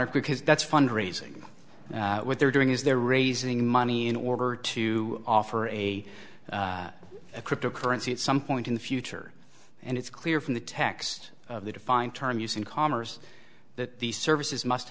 because that's fundraising what they're doing is they're raising money in order to offer a crypto currency at some point in the future and it's clear from the text of the defined term use in commerce that these services must